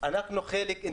אנחנו היחידים,